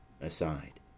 aside